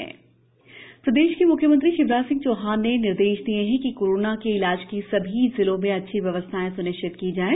इलाज शिवराज प्रदेश के म्ख्यमंत्री शिवराज सिंह चौहान ने निर्देश दिए है कि कोरोना के इलाज की सभी जिलों में अच्छी व्यवस्थाएँ स्निश्चित की जाएं